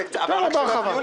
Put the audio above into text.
רק שלא יפריעו לי.